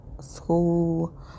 school